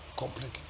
completely